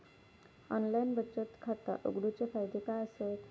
Online बचत खाता उघडूचे फायदे काय आसत?